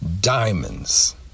diamonds